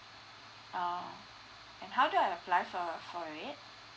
oh and how do I apply for for it